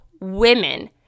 women